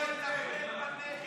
ההסתייגות (1)